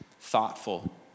thoughtful